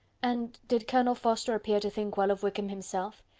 and did colonel forster appear to think well of wickham himself?